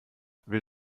will